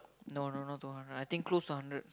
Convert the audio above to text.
no no no don't want lah I think close one hundred